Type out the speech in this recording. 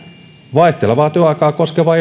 vaihtelevaa työaikaa koskeva